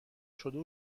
شده